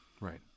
right